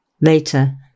Later